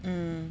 mm